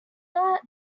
that